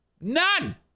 None